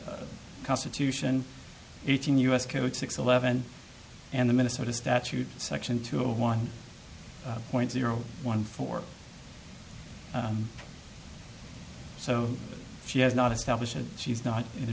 constitution eighteen us code six eleven and the minnesota statute section two a one point zero one four so she has not established she's not in